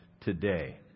today